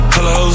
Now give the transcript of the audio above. Hello